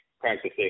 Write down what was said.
practicing